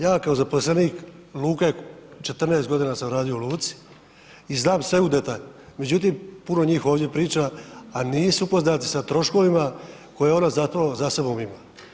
Ja kao zaposlenik luke, 14 godina sam radio u luci i znam sve u detalj, međutim puno njih ovdje priča a nisu upoznati sa troškovima koje ona zapravo za sobom ima.